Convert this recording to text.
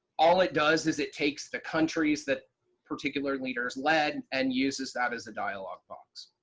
all it does is it takes the countries that particular leaders led and uses that as a dialog box.